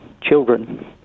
children